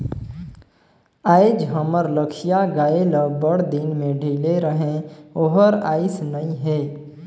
आयज हमर लखिया गाय ल बड़दिन में ढिले रहें ओहर आइस नई हे